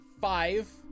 five